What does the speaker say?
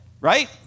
right